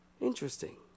Interesting